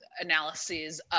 analyses